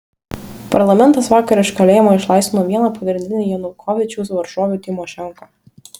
parlamentas vakar iš kalėjimo išlaisvino vieną pagrindinių janukovyčiaus varžovių tymošenko